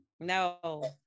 No